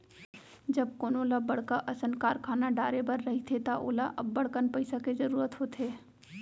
जब कोनो ल बड़का असन कारखाना डारे बर रहिथे त ओला अब्बड़कन पइसा के जरूरत होथे